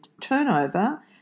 turnover